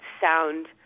sound